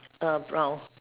err brown